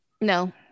No